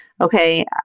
Okay